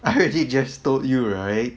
I already just told you right